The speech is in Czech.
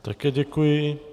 Také děkuji.